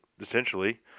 essentially